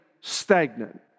stagnant